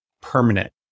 permanent